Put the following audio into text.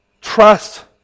trust